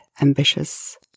ambitious